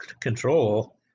control